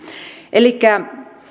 elikkä